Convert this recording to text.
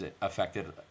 affected